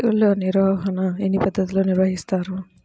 తెగులు నిర్వాహణ ఎన్ని పద్ధతులలో నిర్వహిస్తారు?